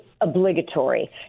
obligatory